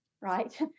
right